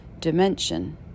dimension